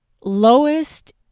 lowest